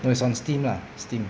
no it's on steam lah steam